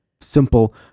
simple